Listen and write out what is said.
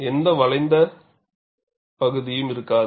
எந்த வளைந்த பகுதியும் இருக்காது